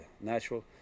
natural